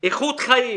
ולשפר את איכות החיים.